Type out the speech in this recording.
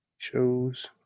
Shows